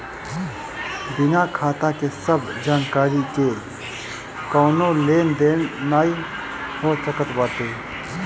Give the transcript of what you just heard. बिना खाता के सब जानकरी के कवनो लेन देन नाइ हो सकत बाटे